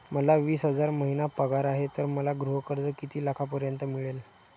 मला वीस हजार महिना पगार आहे तर मला गृह कर्ज किती लाखांपर्यंत मिळेल?